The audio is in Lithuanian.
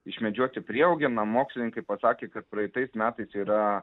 išmedžioti prieaugį na mokslininkai pasakė kad praeitais metais yra